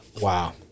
Wow